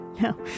No